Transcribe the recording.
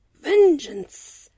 VENGEANCE